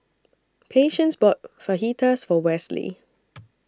Patience bought Fajitas For Westley